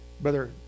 Brother